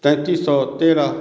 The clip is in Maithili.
तैंतीस सए तेरह